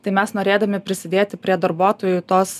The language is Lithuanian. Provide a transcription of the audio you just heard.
tai mes norėdami prisidėti prie darbuotojų tos